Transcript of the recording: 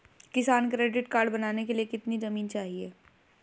किसान credit card बनाने के लिए कितनी जमीन चाहिए?